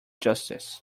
justice